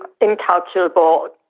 incalculable